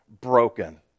broken